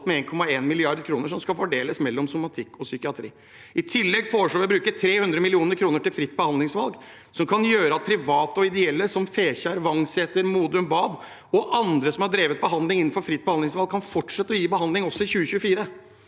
1,1 mrd. kr som skal fordeles mellom somatikk og psykiatri. I tillegg forslår vi å bruke 300 mill. kr til fritt behandlingsvalg. Det kan gjøre at private og ideelle aktører, som Fekjærklinikken, Vangseter, Modum Bad og andre som har drevet behandling innenfor fritt behandlingsvalg, kan fortsette å gi behandling også i 2024.